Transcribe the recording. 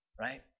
right